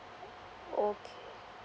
okay